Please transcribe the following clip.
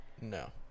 No